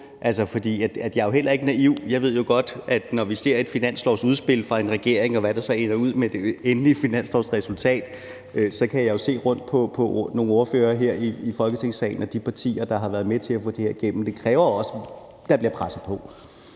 på. For jeg er heller ikke naiv. Jeg ved jo godt, at når vi ser et finanslovsudspil fra en regering og ser, hvad der ryger ind og ud, og vi så ser det endelige finanslovsresultat – jeg kan også se det, når jeg kigger rundt på nogle af ordførerne her i Folketingssalen fra de partier, som har været med til at få det her igennem – så kræver det også, at der bliver presset på.